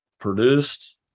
produced